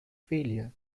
failure